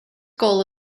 goal